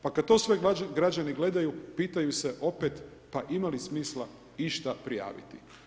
Pa kada to sve građani gledaju, pitaju se opet, pa ima li smisla išta prijaviti.